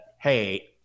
hey